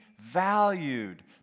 valued